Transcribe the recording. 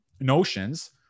notions